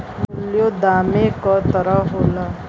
मूल्यों दामे क तरह होला